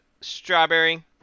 strawberry